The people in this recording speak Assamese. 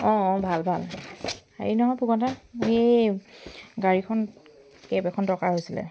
অঁ ভাল ভাল হেৰি নহয় ফুকন দা এই গাড়ীখন কেব এখন দৰকাৰ হৈছিলে